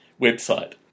website